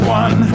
one